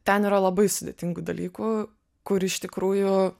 ten yra labai sudėtingų dalykų kur iš tikrųjų